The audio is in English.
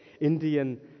Indian